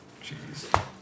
Jeez